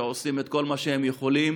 שעושים את כל מה שהם יכולים